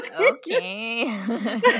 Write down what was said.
okay